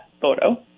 photo